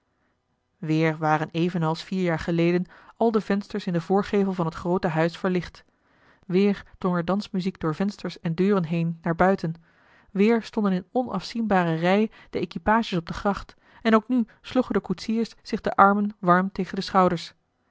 weer waren evenals vier jaar geleden al de vensters in den voorgevel van het groote huis verlicht weer drong er dansmuziek door vensters en deuren heen naar buiten weer stonden in onafzienbare rij de equipages op de gracht en ook nu sloegen de koetsiers zich de armen warm tegen de schouders